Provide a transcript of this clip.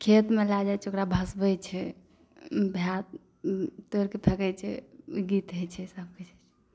खेतमे लए जाए छियै ओकरा भसबै छै भाय तोड़िके फेंकै छै गीत होइ छै सब किछु होइ छै